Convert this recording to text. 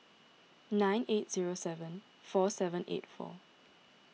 nine eight zero seven four seven eight four